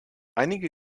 einige